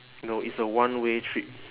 no it's a one way trip